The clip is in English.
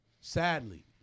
Sadly